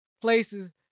Places